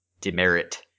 demerit